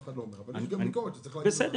אבל יש גם ביקורת שצריך להעביר אותה.